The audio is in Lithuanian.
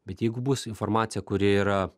bet jeigu bus informacija kuri yra